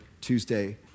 Tuesday